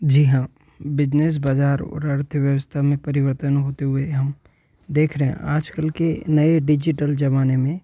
जी हाँ बिजनेस बज़ार और अर्थव्यवस्था में परिवर्तन होते हुए हम देख रहे हैं आजकल के नए डिजिटल ज़माने में